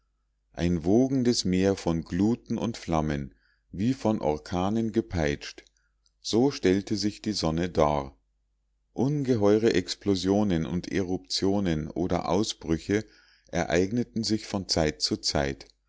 ein wogendes meer von gluten und flammen wie von orkanen gepeitscht so stellte sich die sonne dar ungeheure explosionen und eruptionen oder ausbrüche ereigneten sich von zeit zu zeit